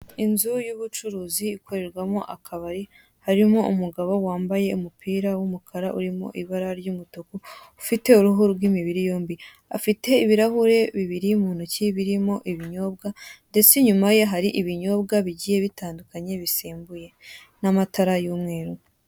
Inzu y'ubucuruzi ikorerwamo akabari, harimo umugabo wambaye umupira w'umukara urimo ibara ry'umutuku, ufite uruhu rw'imibiri yombi. Afite ibirahuri bibi mu ntoki birimo ibinyobwa, ndetse inyuma ye hari ibinyobwa bigiye bitandukanye bisembuye n'amatara y'umweru.